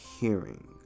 hearing